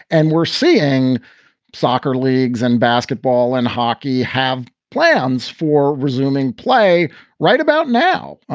and we're seeing soccer leagues and basketball and hockey have plans for resuming play right about now.